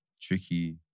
Tricky